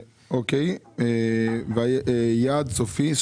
יעד סופי,